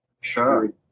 Sure